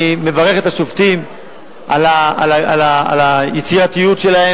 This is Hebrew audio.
אני מברך את השופטים על היצירתיות שלהם